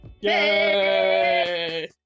Yay